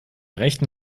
rechten